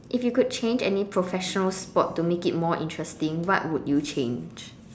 if you could change a new professional sport to make it more interesting what would you change